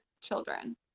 children